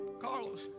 Carlos